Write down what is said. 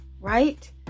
right